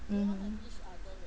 mm